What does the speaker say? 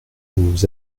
nous